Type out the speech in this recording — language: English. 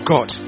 God